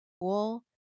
cool